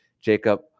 Jacob